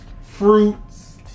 fruits